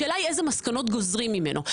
השאלה היא איזה מסקנות גוזרים ממנו?